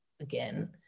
again